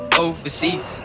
overseas